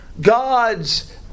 God's